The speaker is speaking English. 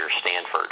Stanford